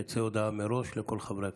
תצא הודעה מראש לכל חברי הכנסת.